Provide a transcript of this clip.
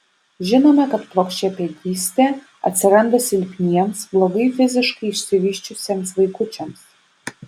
žinome kad plokščiapėdystė atsiranda silpniems blogai fiziškai išsivysčiusiems vaikučiams